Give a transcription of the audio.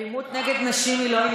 אלימות נגד נשים היא לא,